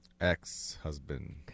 Ex-husband